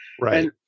Right